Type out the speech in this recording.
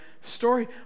story